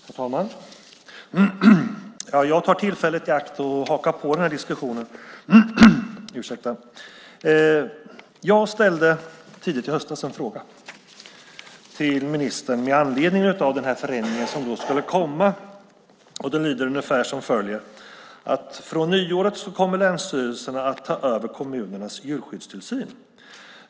Herr talman! Jag tar tillfället i akt och hakar på diskussionen. Jag ställde tidigt i höstas en fråga till ministern med anledning av den förändring som skulle komma. Frågan löd ungefär som följer: Från nyåret kommer länsstyrelserna att ta över kommunernas djurskyddstillsyn.